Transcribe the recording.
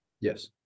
Yes